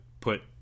put